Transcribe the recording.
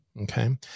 Okay